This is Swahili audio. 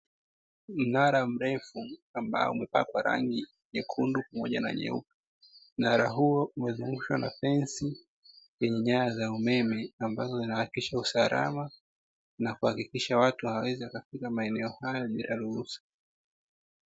Mnara mrefu ambao umepakwa rangi nyekundu pamoja na nyeupe, mnara huo umezungushwa na fensi yenye nyaya za umeme ambazo zinahakikisha usalama na kuhakikisha watu hawawezi wakafika maeneo hayo bila ya ruhusa.